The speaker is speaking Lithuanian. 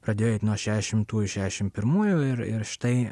pradėjo eiti nuo šešiasdešimtų šešiasdešimt pirmųjų ir ir štai